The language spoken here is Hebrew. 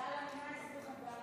מכה לביצים של האזרח הישראלי,